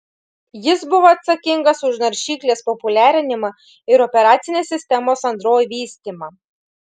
jis buvo atsakingas už naršyklės populiarinimą ir operacinės sistemos android vystymą